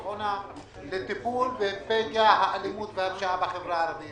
עונה לטיפול בפגע האלימות והפשיעה בחברה הערבית